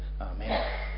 Amen